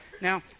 Now